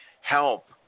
help